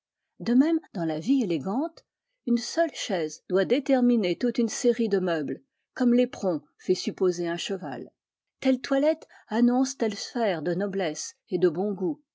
de même dans la vie élégante une seule chaise doit déterminer toute une série de meubles comme l'éperon fait supposer un cheval telle toilette annonce telle sphère de noblesse et de bon goût